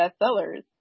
bestsellers